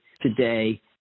today